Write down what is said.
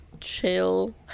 chill